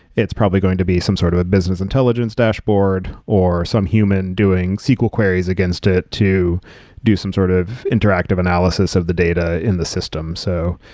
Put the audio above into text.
it's probably going to be some sort of a business intelligence dashboard or some human doing sql queries against it to do some sort of interactive analysis of the data in the system. so,